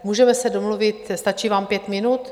Můžeme se domluvit, stačí vám pět minut?